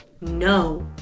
no